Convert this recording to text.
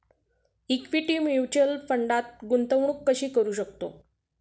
Equity mutual फंडात गुंतवणूक कशी करू शकतो?